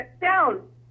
down